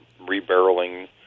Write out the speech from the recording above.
rebarreling